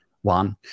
One